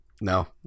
no